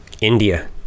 India